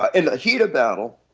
ah in a heat of battle,